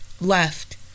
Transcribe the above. Left